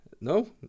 No